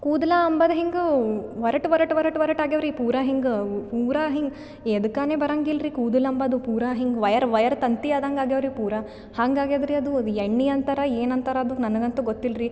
ಕೂದಲು ಅಂಬೊದ್ ಹಿಂಗೆ ಒರಟು ಒರಟು ಒರಟು ಒರಟು ಆಗಿವ್ರಿ ಪೂರಾ ಹಿಂಗೆ ಪೂರಾ ಹಿಂಗೆ ಎದ್ಕಾನೆ ಬರಂಗಿಲ್ರಿ ಕೂದಲು ಅಂಬೊದ್ ಪೂರಾ ಹಿಂಗೆ ವಯರ್ ವಯರ್ ತಂತಿ ಆದಂಗೆ ಆಗ್ಯಾವ್ರಿ ಪೂರಾ ಹಾಂಗೆ ಆಗ್ಯಾದ ರೀ ಅದು ಅದು ಎಣ್ಣೆ ಅಂತಾರೆ ಏನು ಅಂತಾರೆ ಅದು ನನಗಂತು ಗೊತ್ತಿಲ್ರಿ